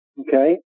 Okay